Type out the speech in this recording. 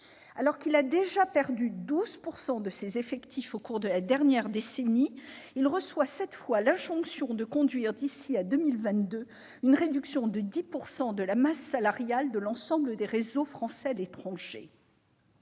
Alors qu'il a déjà perdu 12 % de ses effectifs au cours de la dernière décennie, il reçoit cette fois l'injonction de conduire d'ici à 2022 une réduction de 10 % de la masse salariale de l'ensemble des réseaux français à l'étranger.